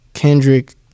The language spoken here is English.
Kendrick